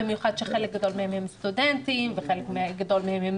במיוחד שחלק גדול מהם הם סטודנטים וחלק גדול מהם הם